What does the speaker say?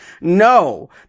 No